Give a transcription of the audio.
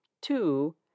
Two